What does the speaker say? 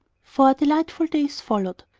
four delightful days followed.